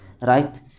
right